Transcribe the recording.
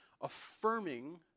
affirming